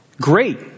Great